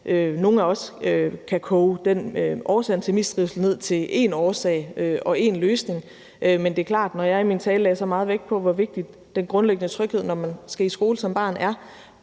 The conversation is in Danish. eller at vi kan koge løsningen på det ned til én løsning, men det er klart, at når jeg i min tale lagde så meget vægt på, hvor vigtig den grundlæggende tryghed, når man skal i skole som barn, er,